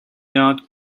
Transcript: not